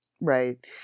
right